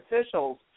officials